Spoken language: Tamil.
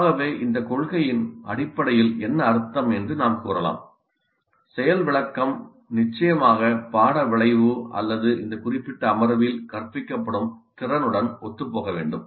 ஆகவே இந்த கொள்கையின் அடிப்படையில் என்ன அர்த்தம் என்று நாம் கூறலாம் செயல் விளக்கம் நிச்சயமாக பாட விளைவு அல்லது இந்த குறிப்பிட்ட அமர்வில் கற்பிக்கப்படும் திறனுடன் ஒத்துப்போக வேண்டும்